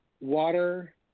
water